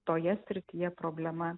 toje srityje problema